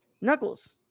Knuckles